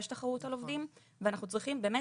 יש תחרות על עובדים ואנחנו צריכים באמת